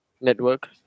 network